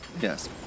yes